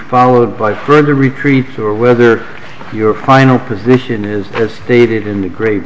followed by road to retreat or whether your final position is as stated in the great